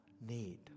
need